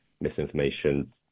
misinformation